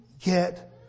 Get